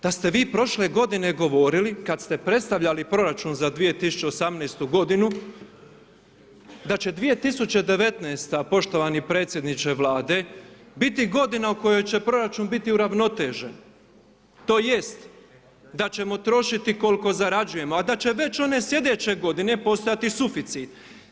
Da ste vi prošle godine govorili kada ste predstavljali proračun za 2018.-tu godinu, da će 2019.-ta poštovani predsjedniče Vlade, biti godina u kojoj će proračun biti uravnotežen tj. da ćemo trošiti koliko zarađujemo, a da će već one slijedeće godine postojati suficit.